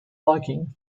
liking